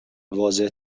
واضح